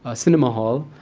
ah cinema hall.